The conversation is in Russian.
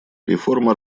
реформа